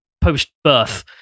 post-birth